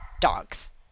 dogs